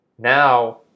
Now